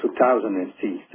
2006